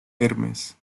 hermes